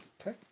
Okay